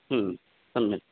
सम्यक्